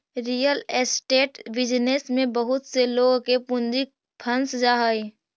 real estate business में बहुत से लोग के पूंजी फंस जा हई